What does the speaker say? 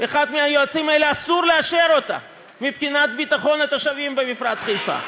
אחד מהיועצים האלה: אסור לאשר אותה מבחינת ביטחון התושבים במפרץ חיפה.